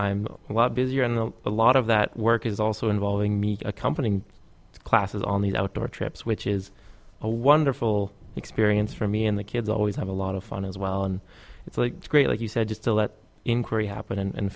i'm a lot busier and know a lot of that work is also involving me accompanying classes on the outdoor trips which is a wonderful experience for me and the kids always have a lot of fun as well and it's a great like you said just to let inquiry happen and